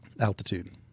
altitude